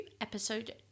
episode